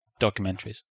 documentaries